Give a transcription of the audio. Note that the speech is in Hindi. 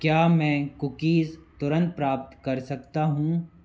क्या मैं कुकीज़ तुरंत प्राप्त कर सकता हूँ